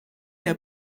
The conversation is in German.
der